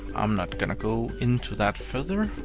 i'm not gonna go into that filter.